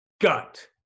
gut